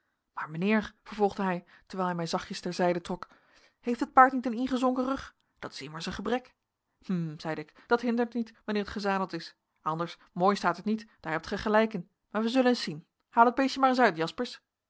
maar mijnheer vervolgde hij terwijl hij mij zachtjes ter zijde trok heeft het paard niet een ingezonken rug dat is immers een gebrek hm zeide ik dat hindert niet wanneer het gezadeld is anders mooi staat het niet daar hebt gij gelijk in maar wij zullen eens zien haal het beestje maar eens